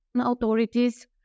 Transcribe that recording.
authorities